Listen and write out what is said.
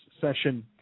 session